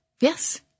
Yes